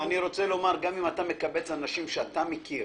גם אם אתה מקבץ אנשים שאתה מכיר